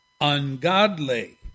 ungodly